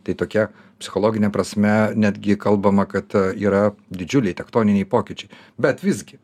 tai tokia psichologine prasme netgi kalbama kad yra didžiuliai tektoniniai pokyčiai bet visgi